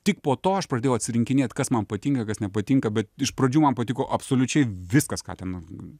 tik po to aš pradėjau atsirinkinėt kas man patinka kas nepatinka bet iš pradžių man patiko absoliučiai viskas ką ten